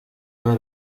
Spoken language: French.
pas